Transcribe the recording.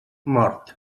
mort